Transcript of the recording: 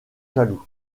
jaloux